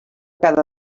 cada